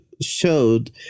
showed